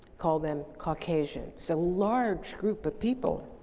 called them caucasians. so, large group of people.